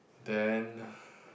then